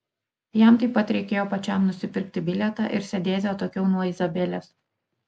jam taip pat reikėjo pačiam nusipirkti bilietą ir sėdėti atokiau nuo izabelės